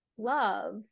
love